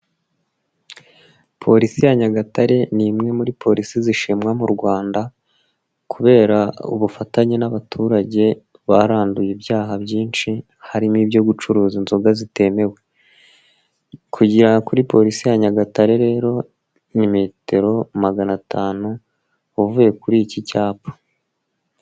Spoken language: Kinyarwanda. Polisi ya Nyagatare ni imwe muri olisi zishimwa mu Rwanda kubera ubufatanye n'abaturage baranduye ibyaha byinshi, harimo ibyo gucuruza inzoga zitemewe, kujya kuri polisi ya Nyagatare rero metero magana atanu uvuye kuri iki cyapa.